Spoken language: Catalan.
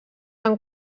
han